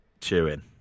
chewing